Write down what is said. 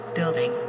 Building